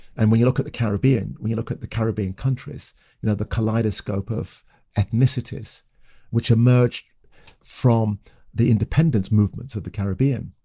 and when you look at the caribbean, when you look at the caribbean countries you know the kaleidoscope of ethnicities which emerged from the independence movements of the caribbean